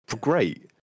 Great